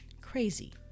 crazy